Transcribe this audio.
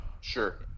sure